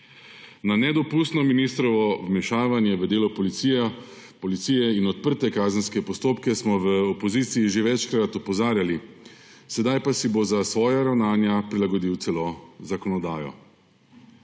Na nedopustno ministrovo vmešavanje v delo policije in odprte kazenske postopke smo v opoziciji že večkrat opozarjali, sedaj pa si bo za svoja ravnanja prilagodil celo zakonodajo.